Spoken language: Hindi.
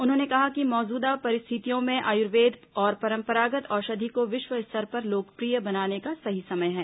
उन्होंने कहा कि मौजूदा परिस्थितियों में आयुर्वेद और परंपरागत औषधि को विश्व स्तर पर लोकप्रिय बनाने का सही समय है